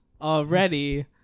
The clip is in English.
Already